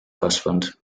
kasvanud